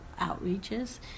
outreaches